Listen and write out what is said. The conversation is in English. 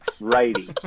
righty